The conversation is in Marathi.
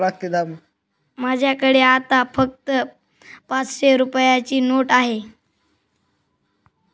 माझ्याकडे आता फक्त पाचशे रुपयांची नोट आहे